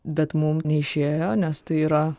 bet mum neišėjo nes tai yra